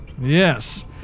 Yes